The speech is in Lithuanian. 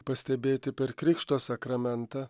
pastebėti per krikšto sakramentą